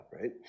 right